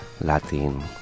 latin